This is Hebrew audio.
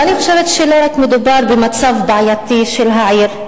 ואני חושבת שלא מדובר רק במצב בעייתי של העיר,